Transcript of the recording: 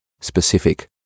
specific